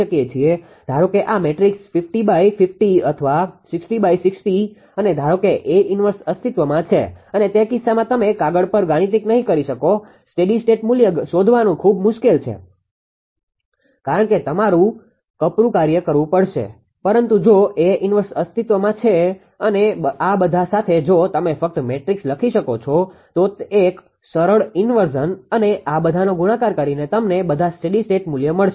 ધારો કે આ મેટ્રિક્સ 50×50 અથવા 60×60 અને ધારો કે A 1 અસ્તિત્વમાં છે અને તે કિસ્સામાં તમે કાગળ પર ગાણિતિક નહીં કરી શકો સ્ટેડી સ્ટેટ મુલ્યો શોધવાનું ખૂબ મુશ્કેલ છે કારણ કે તમારે કપરું કાર્ય કરવું પડશે પરંતુ જો A 1 અસ્તિત્વમાં છે અને આ બધા સાથે જો તમે ફક્ત મેટ્રિક્સ લખો છો તો એક સરળ ઇન્વર્ઝન અને આ બધાનો ગુણાકાર કરીને તમને બધા સ્ટેડી સ્ટેટ મૂલ્યો મળશે